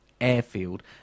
Airfield